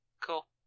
Cool